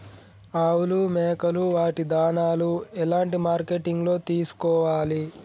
ఆవులు మేకలు వాటి దాణాలు ఎలాంటి మార్కెటింగ్ లో తీసుకోవాలి?